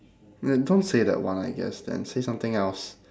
ya don't say that one I guess then say something else